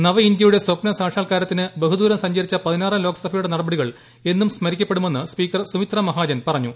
നവഇന്ത്യയുടെ സ്ഥപ്ന സ്ട്രൂക്ഷാത്ക്കാരത്തിന് ബഹുദൂരം സഞ്ചരിച്ച പതിനാറാം ലോക്സഭയുടെ ്ട്രിന്ടപടികൾ എന്നും സ്മരിക്കപ്പെടുമെന്ന് സ്പീക്കർ സുമിത്രാ മഹാജൻ പറഞ്ഞു